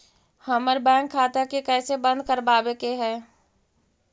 हमर बैंक खाता के कैसे बंद करबाबे के है?